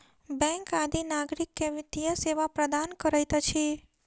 bank आदि नागरिक के वित्तीय सेवा प्रदान करैत अछि